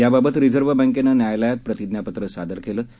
याबाबत रिझर्व्ह बँकेनं न्यायालयात प्रतिज्ञापत्र दाखल केलं आहे